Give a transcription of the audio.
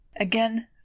Again